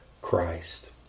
Christ